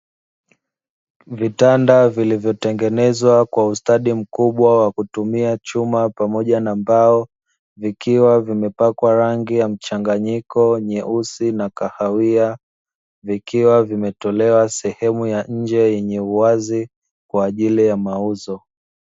Vitanda vilivyotengenezwa kwa ustadi mkubwa wa kutumia chuma pamoja na mbao, vikiwa vimepakwa rangi ya mchanganyiko nyeusi na kahawia, vikiwa vimetolewa sehemu ya nje yenye uwazi kwa ajili ya mauzo.